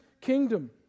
kingdom